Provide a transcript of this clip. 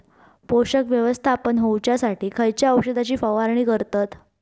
पोषक व्यवस्थापन होऊच्यासाठी खयच्या औषधाची फवारणी करतत?